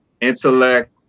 intellect